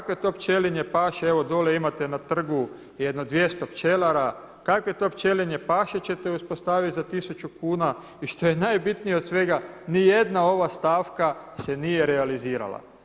Kakve to pčelinje paše evo dolje imate na trgu jedno 200 pčelara, kakve to pčelinje paše ćete uspostaviti za tisuću kuna i što je najbitnije od svega, nijedna ova stavka se nije realizirala.